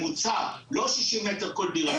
לא 60 מטר כל דירה,